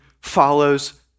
follows